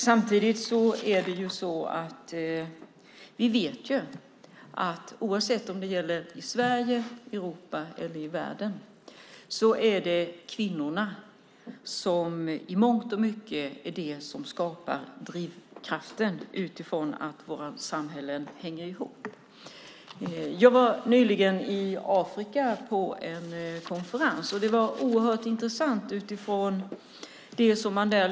Samtidigt vet vi att, oavsett om det gäller Sverige, Europa eller världen, är det kvinnorna som i mångt och mycket skapar drivkraften eftersom våra samhällen hänger ihop. Jag var nyligen i Afrika på en konferens på riksdagens vägnar.